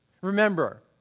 Remember